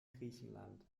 griechenland